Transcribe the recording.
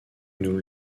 nous